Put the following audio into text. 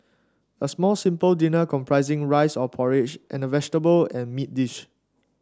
a small simple dinner comprising rice or porridge and a vegetable and meat dish